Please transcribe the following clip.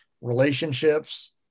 relationships